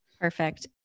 Perfect